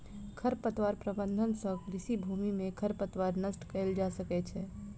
खरपतवार प्रबंधन सँ कृषि भूमि में खरपतवार नष्ट कएल जा सकै छै